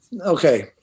okay